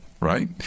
right